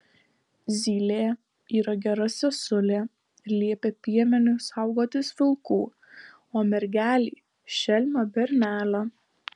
zylė yra gera sesulė ir liepia piemeniui saugotis vilkų o mergelei šelmio bernelio